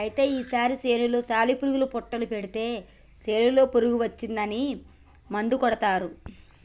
అయితే ఈ వరి చేనులో సాలి పురుగు పుట్టులు పడితే చేనులో పురుగు వచ్చిందని మందు కొడతారు